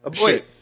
Wait